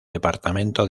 departamento